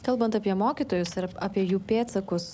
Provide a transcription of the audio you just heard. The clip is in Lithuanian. kalbant apie mokytojus ir apie jų pėdsakus